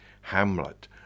Hamlet